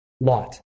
lot